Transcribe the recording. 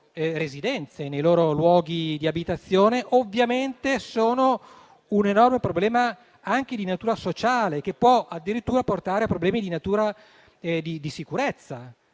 loro residenze, nei loro luoghi di abitazione, ovviamente sono un enorme problema anche di natura sociale, che può addirittura portare a problemi di sicurezza.